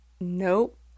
Nope